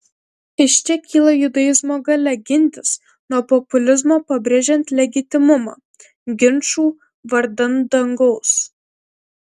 iš čia kyla judaizmo galia gintis nuo populizmo pabrėžiant legitimumą ginčų vardan dangaus